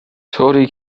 طوری